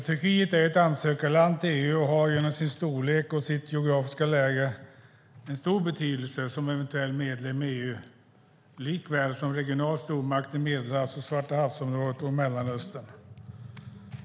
Turkiet är ett ansökarland till EU och har genom sin storlek och sitt geografiska läge en stor betydelse som eventuell medlem i EU, liksom som en regional stormakt i Medelhavs och Svartahavsområdet och Mellanöstern.